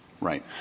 Right